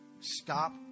Stop